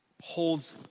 holds